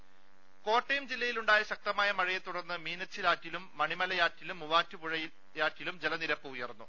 ട കോട്ടയം ജില്ലയിലുണ്ടായ ശക്തമായ മഴയെ തുടർന്ന് മീനച്ചിലാറ്റിലും മണിമലയാറ്റിലും മൂവാറ്റുപുഴയാറ്റിലും ജലനിരപ്പ് ഉയർന്നു